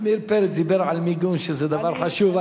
עמיר פרץ דיבר על מיגון, שזה דבר חשוב.